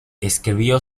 escribió